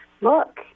look